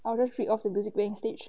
I will read off the music bank stage